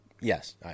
Yes